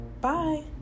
Bye